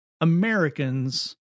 Americans